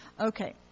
Okay